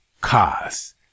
cars